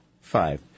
Five